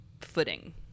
footing